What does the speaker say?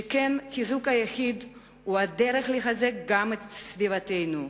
שכן חיזוק היחיד הוא הדרך לחזק גם את סביבתנו.